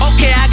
Okay